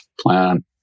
plan